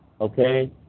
okay